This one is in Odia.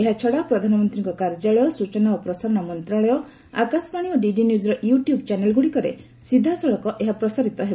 ଏହାଛଡ଼ା ପ୍ରଧାନମନ୍ତ୍ରୀଙ୍କ କାର୍ଯ୍ୟାଳୟ ସ୍ଚଚନା ଓ ପ୍ରସାରଣ ମନ୍ତ୍ରଣାଳୟ ଆକାଶବାଣୀ ଓ ଡିଡି ନ୍ୟୁକର ୟୁଟ୍ୟୁବ ଚ୍ୟାନେଲଗୁଡ଼ିକରେ ସିଧାସଳଖ ପ୍ରସାରିତ ହେବ